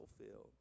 fulfilled